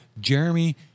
Jeremy